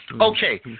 Okay